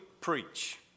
preach